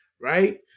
right